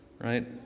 right